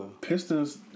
Pistons